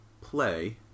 play